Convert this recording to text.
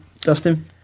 Dustin